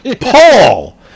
Paul